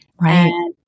Right